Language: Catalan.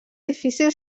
difícil